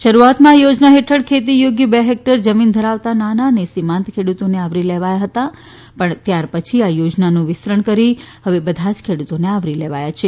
શરૂઆતમાં આ યોજના હેઠળ ખેતી યોગ્ય બે હેક્ટર જમીન ધરાવતા નાના અને સિમાંત ખેડ઼તોને આવરી લેવાયા હતા પણ ત્યારપછી આ યોજનાનું વિસ્તરણ કરીને બધા જ ખેડૂતોને આવરી લેવાયા છે